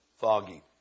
foggy